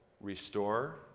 restore